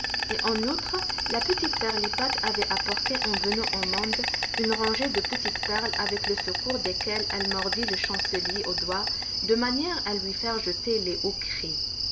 et en outre la petite pirlipat avait apporté en venant au monde une rangée de petites perles avec le secours desquelles elle mordit le chancelier au doigt de manière à lui faire jeter les hauts cris